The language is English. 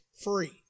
Free